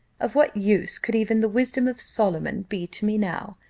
of what use could even the wisdom of solomon be to me now?